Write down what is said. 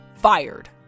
fired